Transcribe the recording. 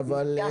רק